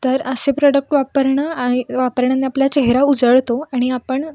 तर असे प्रॉडक्ट वापरणं आ वापरण्याने आपल्या चेहरा उजळतो आणि आपण